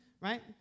right